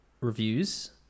Reviews